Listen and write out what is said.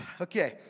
Okay